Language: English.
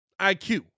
IQ